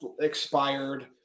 expired